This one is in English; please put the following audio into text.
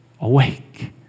Awake